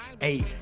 eight